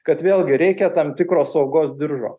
kad vėlgi reikia tam tikro saugos diržo